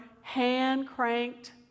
hand-cranked